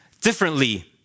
differently